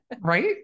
right